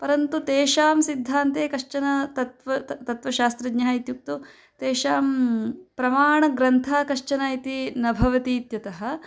परन्तु तेषां सिद्धान्ते किञ्चन तत्त्वं तत्त्वशास्त्रज्ञः इत्युक्तौ तेषां प्रमाणग्रन्था कश्चन इति न भवति इत्यतः